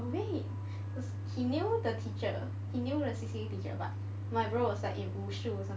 oh wait he he knew the teacher he knew the C_C_A teacher but my bro was like in wushu or something